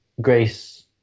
Grace